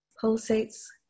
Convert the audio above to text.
pulsates